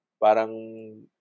Parang